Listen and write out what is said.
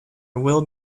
will